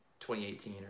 2018